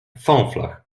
fąflach